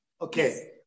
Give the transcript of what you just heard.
Okay